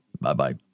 Bye-bye